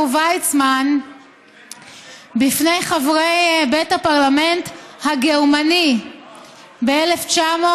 ויצמן בפני חברי בית הפרלמנט הגרמני ב-1996.